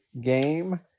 game